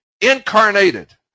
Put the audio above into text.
incarnated